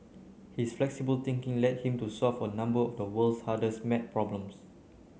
his flexible thinking led him to solve a number of the world's hardest maths problems